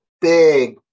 big